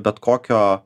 bet kokio